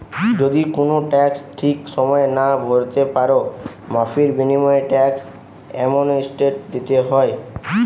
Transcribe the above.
যদি কুনো ট্যাক্স ঠিক সময়ে না ভোরতে পারো, মাফীর বিনিময়ও ট্যাক্স অ্যামনেস্টি দিতে হয়